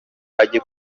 ajye